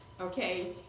Okay